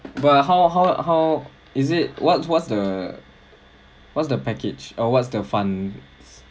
but how how how is it what's what's the what's the package or what's the funds